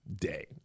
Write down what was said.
day